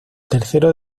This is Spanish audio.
tercero